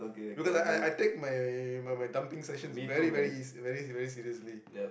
because I I I take my my my dumping sessions very very very very seriously